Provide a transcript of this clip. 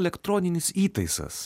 elektroninis įtaisas